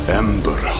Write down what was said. ember